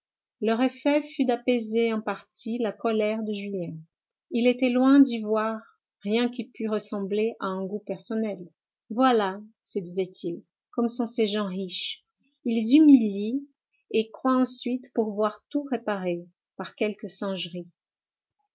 leur effet fut d'apaiser en partie la colère de julien il était loin d'y voir rien qui pût ressembler à un goût personnel voilà se disait-il comme sont ces gens riches ils humilient et croient ensuite pouvoir tout réparer par quelques singeries